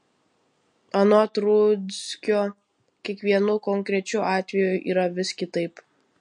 anot rudzkio kiekvienu konkrečiu atveju yra vis kitaip